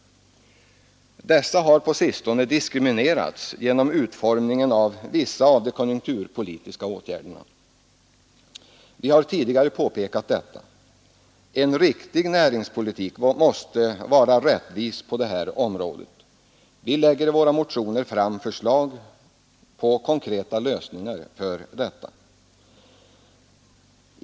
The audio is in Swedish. Dessa har på sistone diskriminerats genom utformningen av vissa av de konjunkturpolitiska åtgärderna. Vi har tidigare påpekat detta. En riktig näringspolitik måste vara rättvis på det här området. Vi lägger i våra motioner fram förslag på konkreta lösningar för detta.